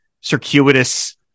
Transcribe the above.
circuitous